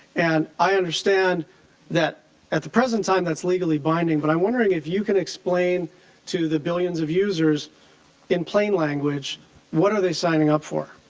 and i understand that at the present time that's legally binding but i'm wondering if you can explain to the billions of users in plain language what are they signing up for?